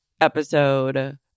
episode